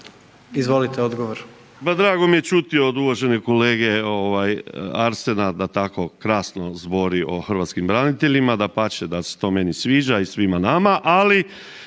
Izvolite, odgovor.